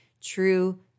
true